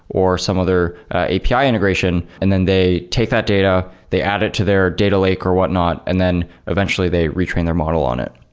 or some other api integration and then they take that data, they add it to their data lake or whatnot and then eventually, they retrain their model on it